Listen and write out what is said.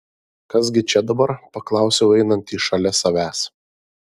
kas gi čia dabar paklausiau einantį šalia savęs